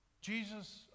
Jesus